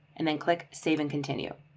and then click save and continue.